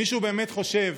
מישהו באמת חושב